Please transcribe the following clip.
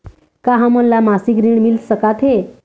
का हमन ला मासिक ऋण मिल सकथे?